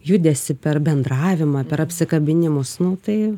judesį per bendravimą per apsikabinimus nu tai